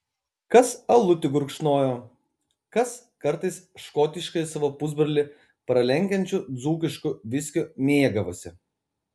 kas alutį gurkšnojo kas kartais škotiškąjį savo pusbrolį pralenkiančiu dzūkišku viskiu mėgavosi